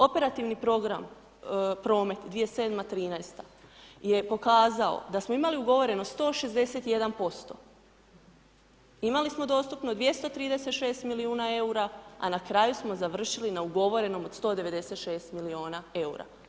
Operativni program Promet 2007.-2013., je pokazao da smo imali ugovoreno 161%, imali smo dostupno 236 milijuna EUR-a, a na kraju smo završili na ugovorenom od 196 milijuna EUR-a.